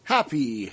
Happy